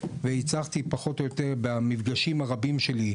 והצבתי פחות או יותר במפגשים הרבים שלי,